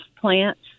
plants